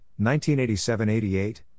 1987-88